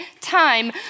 time